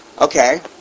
Okay